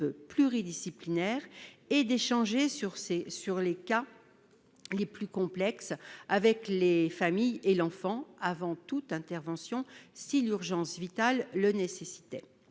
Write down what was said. pluridisciplinaires et d'instaurer, pour les cas les plus complexes, un échange avec les familles et les enfants avant toute intervention, si l'urgence vitale le nécessite.